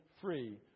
free